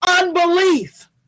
unbelief